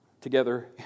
together